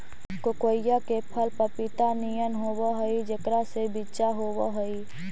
कोकोइआ के फल पपीता नियन होब हई जेकरा में बिच्चा होब हई